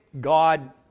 God